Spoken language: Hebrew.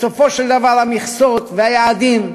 בסופו של דבר, המכסות והיעדים,